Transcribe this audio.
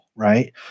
Right